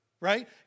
right